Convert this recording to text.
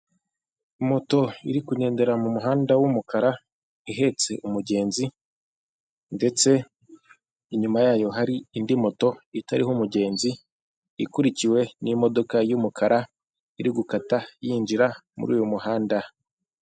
Moto iri kugendera mu muhanda w'umukara ihetse umugenzi ndetse inyuma yayo hari indi moto itariho umugenzi, ikurikiwe n'imodoka y'umukara iri gukata yinjira muri uyu muhanda.